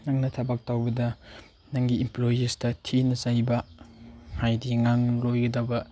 ꯅꯪꯅ ꯊꯕꯛ ꯇꯧꯕꯗ ꯅꯪꯒꯤ ꯏꯝꯄ꯭ꯂꯣꯌꯤꯁꯇ ꯊꯤꯅ ꯆꯩꯕ ꯍꯥꯏꯗꯤ ꯉꯥꯡꯂꯣꯏꯗꯕ